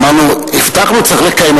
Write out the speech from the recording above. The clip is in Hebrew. אמרנו: הבטחנו, צריך לקיים.